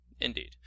Indeed